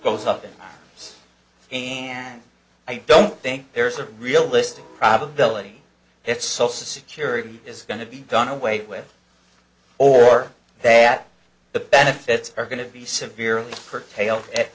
goes up there and i don't think there's a realistic probability that so security is going to be done away with or that the benefits are going to be severely curtailed at